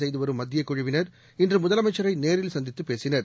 செய்துவரும் மத்தியக்குழுவினர் இன்று முதலமைச்சரை நேரில் சந்தித்து பேசினர்